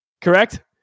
Correct